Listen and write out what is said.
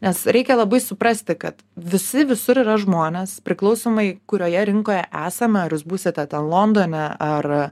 nes reikia labai suprasti kad visi visur yra žmonės priklausomai kurioje rinkoje esame ar jūs būsite ten londone ar